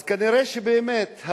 אז כנראה באמת,